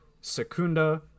secunda